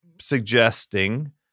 suggesting